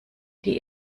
die